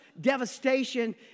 devastation